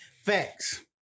Facts